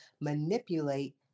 manipulate